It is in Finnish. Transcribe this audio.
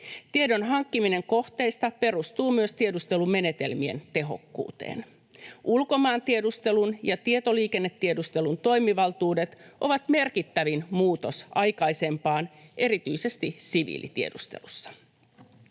Tiedon hankkiminen kohteista perustuu myös tiedustelumenetelmien tehokkuuteen. Ulkomaantiedustelun ja tietoliikennetiedustelun toimivaltuudet ovat merkittävin muutos aikaisempaan, erityisesti siviilitiedustelussa.